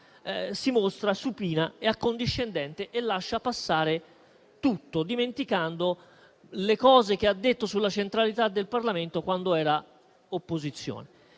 si mostra supina e accondiscendente e lascia passare tutto, dimenticando le cose che ha detto sulla centralità del Parlamento quando era opposizione.